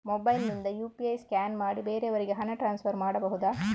Mobile ನಿಂದ UPI scan ಮಾಡಿ ಬೇರೆಯವರಿಗೆ ಹಣ ಟ್ರಾನ್ಸ್ಫರ್ ಮಾಡಬಹುದ?